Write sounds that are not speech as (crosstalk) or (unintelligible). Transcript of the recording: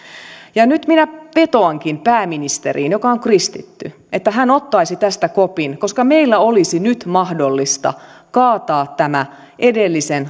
ja nyt minä vetoankin pääministeriin joka on kristitty että hän ottaisi tästä kopin koska meillä olisi nyt mahdollista kaataa tämä edellisen (unintelligible)